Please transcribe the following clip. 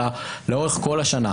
אלא לאורך כל השנה.